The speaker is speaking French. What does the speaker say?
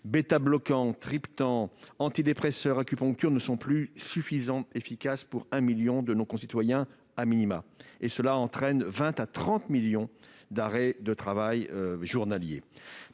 Bêtabloquants, triptans, antidépresseurs, acupuncture ne sont plus suffisamment efficaces pour 1 million de nos concitoyens. Cela entraîne entre 20 millions et 30 millions d'arrêts de travail journaliers.